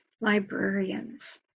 librarians